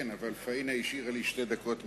כן, אבל פאינה השאירה לי שתי דקות משלה.